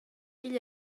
igl